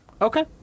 Okay